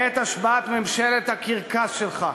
בעת השבעת ממשלת הקרקס שלך,